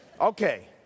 Okay